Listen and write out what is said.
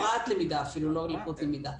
הפרעת למידה אפילו, לא לקות למידה.